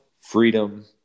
freedom